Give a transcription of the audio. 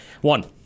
One